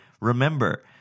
remember